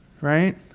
right